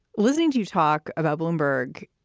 listening to you talk about bloomberg